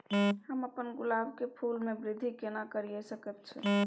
हम अपन गुलाब के फूल के वृद्धि केना करिये सकेत छी?